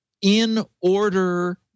in-order